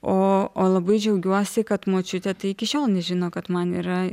o o labai džiaugiuosi kad močiutė tai iki šiol nežino kad man yra